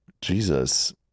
Jesus